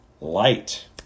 light